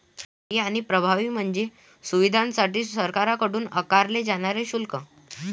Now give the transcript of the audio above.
fee आणि प्रभावी म्हणजे सुविधांसाठी सरकारकडून आकारले जाणारे शुल्क